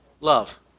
Love